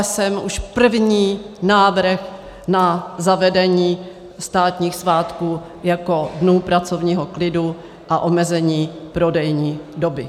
Podepsala jsem už první návrh na zavedení státních svátků jako dnů pracovního klidu a omezení prodejní doby.